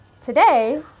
today